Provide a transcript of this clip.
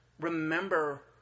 remember